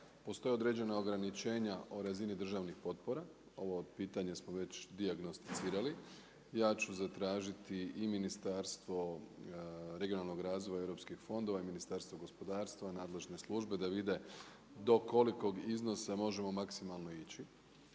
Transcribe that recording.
Postoje određena ograničenja o razini državnih potpora, ovo pitanje smo već dijagnosticirali. Ja ću zatražiti i Ministarstvo regionalnog razvoja i europskih fondova i Ministarstvo gospodarstva i nadležne službe da vide do kolikog iznosa možemo maksimalno ići.